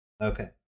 Okay